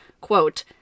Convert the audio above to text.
quote